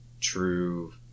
true